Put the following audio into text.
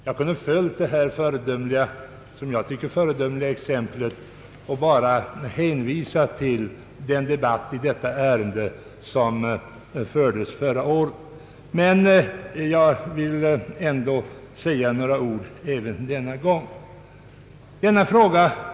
Jag kunde ha följt det som jag tycker föredömliga exemplet och bara hänvisat till den debatt i detta ärende som fördes förra året, men jag vill ändå säga några ord även denna gång.